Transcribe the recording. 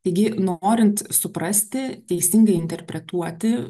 taigi norint suprasti teisingai interpretuoti